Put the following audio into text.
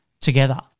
together